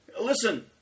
listen